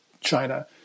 China